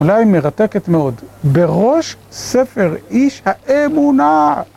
אולי מרתקת מאוד, בראש ספר איש האמונה